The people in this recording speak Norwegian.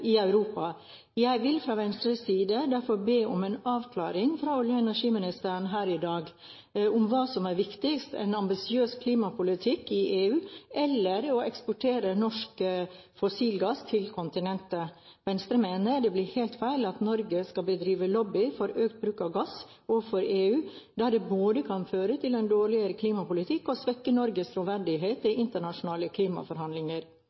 i Europa. Jeg vil fra Venstres side derfor be om en avklaring fra olje- og energiministeren her i dag om hva som er viktigst: en ambisiøs klimapolitikk i EU eller å eksportere norsk fossilgass til kontinentet. Venstre mener det blir helt feil at Norge skal bedrive lobbyvirksomhet for økt bruk av gass overfor EU, da det kan føre til en dårligere klimapolitikk og svekke Norges troverdighet i internasjonale klimaforhandlinger.